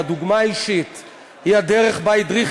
הדוגמה האישית היא הדרך שבה הדריך